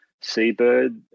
seabird